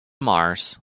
mars